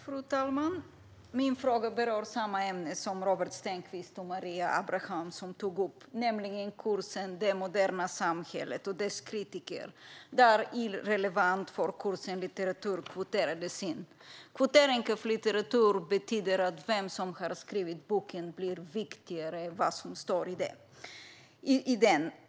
Fru talman! Min fråga berör det ämne som Robert Stenkvist och Maria Abrahamsson tog upp, nämligen kursen Det moderna samhället och dess kritiker, där för kursen irrelevant litteratur kvoterades in. Kvotering av litteratur betyder att vem som har skrivit boken blir viktigare än vad som står i den.